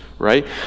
Right